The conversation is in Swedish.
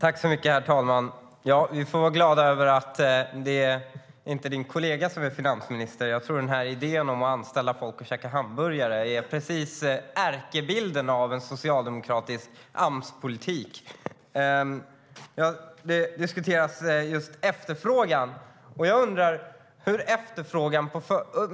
Herr talman! Vi får vara glada över att det inte är din kollega som är finansminister, Magdalena Andersson. Idén att anställa folk för att käka hamburgare är verkligen ärkebilden av en socialdemokratisk Amspolitik! Man har diskuterat efterfrågan här.